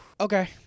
Okay